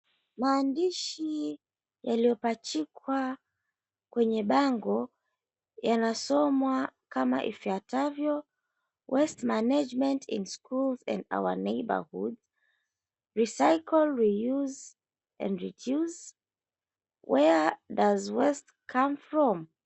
Maandishi yaliyopachikwa kwenye bango yanasomwa kama ifuatavyo, Waste Management in Schools and Our Neighbourhood, Recycle, Re-use and Reduce, Where does the waste come from?